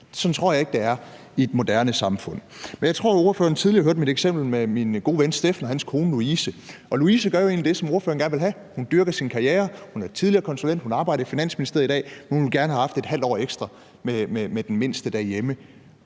Sådan tror jeg ikke det er i et moderne samfund. Men jeg tror, at ordføreren tidligere hørte mit eksempel med min gode ven Steffen og hans kone, Louise. Og Louise gør jo egentlig det, som ordføreren gerne vil have. Hun dyrker sin karriere, hun er tidligere konsulent, hun arbejder i Finansministeriet i dag, men hun ville gerne have haft et halvt år ekstra med den mindste derhjemme.